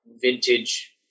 vintage